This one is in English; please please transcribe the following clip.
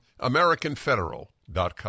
AmericanFederal.com